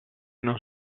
non